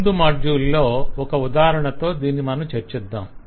ముందు మాడ్యుల్ లో ఒక ఉదాహరణతో మనం దీన్ని చర్చిద్దాం